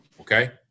Okay